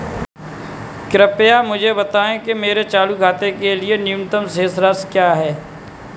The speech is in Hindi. कृपया मुझे बताएं कि मेरे चालू खाते के लिए न्यूनतम शेष राशि क्या है?